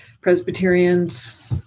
Presbyterians